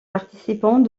participants